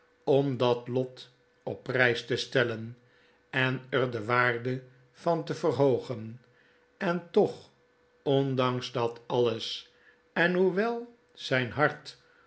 ora dat lot op prys te stellen en er de waarde van te verhoogen en toch ondanks dat alles en hoewel zyn hart